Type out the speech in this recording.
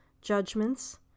judgments